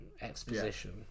exposition